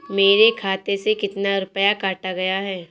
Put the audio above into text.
मेरे खाते से कितना रुपया काटा गया है?